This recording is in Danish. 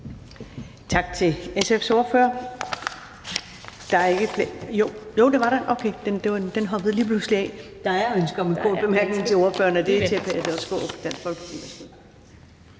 Tak til SF's ordfører.